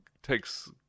takes